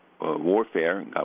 warfare